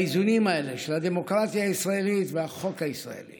באיזונים האלה של הדמוקרטיה הישראלית והחוק הישראלי